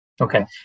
Okay